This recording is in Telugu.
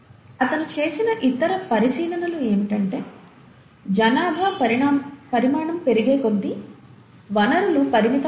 అతను చేసిన ఇతర పరిశీలనలు ఏమిటంటే జనాభా పరిమాణం పెరిగేకొద్దీ వనరులు పరిమితం అవుతాయి